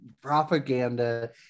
propaganda